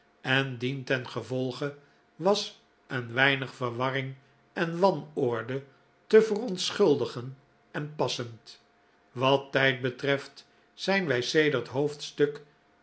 en dientengevolge was een weinig verwarring en wanorde te verontschuldigen en passend wat tijd betreft zijn wij sedert hoofdstuk